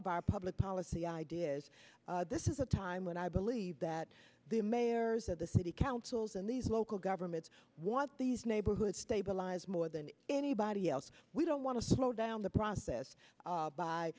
of our public policy ideas this is a time when i believe that the mayors of the city councils and these local governments what these neighborhoods stabilize more than anybody else we don't want to slow down the process